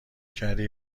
کردی